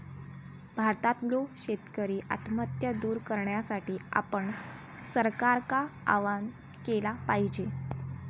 भारतातल्यो शेतकरी आत्महत्या दूर करण्यासाठी आपण सरकारका आवाहन केला पाहिजे